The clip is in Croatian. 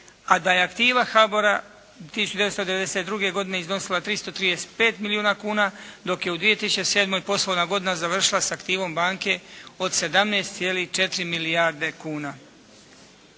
a da je aktiva HBOR-a 1992. godine iznosila 335 milijuna kuna, dok je u 2007. poslovna godina završila sa aktivom banke 17,4 milijarde kuna.